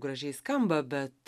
gražiai skamba bet